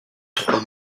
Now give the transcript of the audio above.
trois